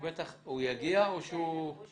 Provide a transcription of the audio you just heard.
לפעמים